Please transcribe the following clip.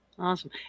Awesome